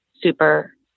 super